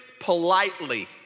politely